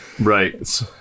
Right